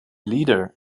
leader